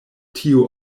tio